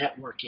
networking